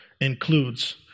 includes